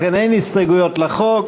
לכן, אין הסתייגויות לחוק,